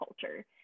culture